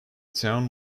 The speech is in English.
town